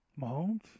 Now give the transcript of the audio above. Mahomes